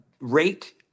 rate